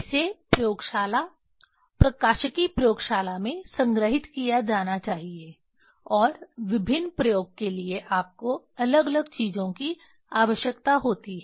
इसे प्रयोगशाला प्रकाशिकी प्रयोगशाला में संग्रहीत किया जाना चाहिए और विभिन्न प्रयोग के लिए आपको अलग अलग चीजों की आवश्यकता होती है